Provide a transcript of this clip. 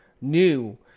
new